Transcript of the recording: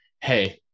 hey